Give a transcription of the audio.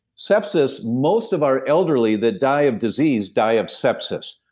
sepsis, most of our elderly that die of disease die of sepsis.